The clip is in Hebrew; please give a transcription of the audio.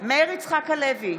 מאיר יצחק הלוי,